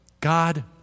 God